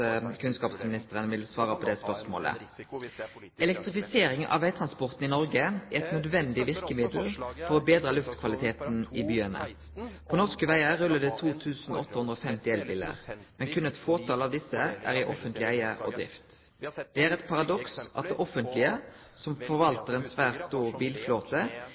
kunnskapsministeren vil svare på spørsmålet: «Elektrifisering av vegtransporten i Norge er et nødvendig virkemiddel for å bedre luftkvaliteten i byene. På norske veier ruller det 2 850 elbiler, men kun et fåtall av disse er i offentlig eie og drift. Det er et paradoks at det offentlige, som forvalter en svært stor bilflåte,